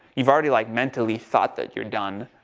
you've already like mentally thought that you're done,